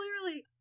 clearly